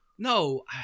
No